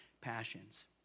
passions